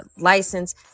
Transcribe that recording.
license